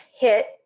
hit